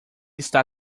está